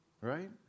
right